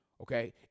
Okay